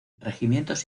regimientos